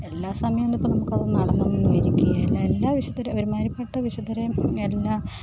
എല്ലാ സമയവുമിപ്പം നമുക്കതൊന്ന് നടന്നൊന്നിരിക്കുകയില്ല എല്ലാ വിശുദ്ധരും ഒരു മാതിരിപ്പെട്ട വിശുദ്ധരെയും എല്ലാ